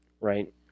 right